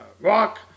rock